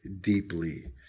deeply